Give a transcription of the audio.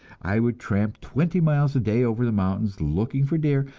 i would tramp twenty miles a day over the mountains, looking for deer,